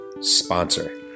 sponsor